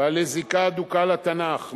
בעלי זיקה הדוקה לתנ"ך.